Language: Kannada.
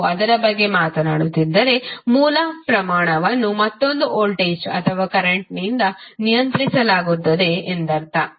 ನೀವು ಅದರ ಬಗ್ಗೆ ಮಾತನಾಡುತ್ತಿದ್ದರೆ ಮೂಲ ಪ್ರಮಾಣವನ್ನು ಮತ್ತೊಂದು ವೋಲ್ಟೇಜ್ ಅಥವಾ ಕರೆಂಟ್ನಿಂದ ನಿಯಂತ್ರಿಸಲಾಗುತ್ತದೆ ಎಂದರ್ಥ